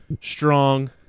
strong